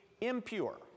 impure